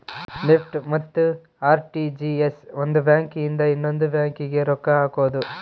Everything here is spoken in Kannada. ನೆಫ್ಟ್ ಮತ್ತ ಅರ್.ಟಿ.ಜಿ.ಎಸ್ ಒಂದ್ ಬ್ಯಾಂಕ್ ಇಂದ ಇನ್ನೊಂದು ಬ್ಯಾಂಕ್ ಗೆ ರೊಕ್ಕ ಹಕೋದು